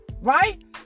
Right